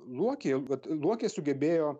luokė vat luokė sugebėjo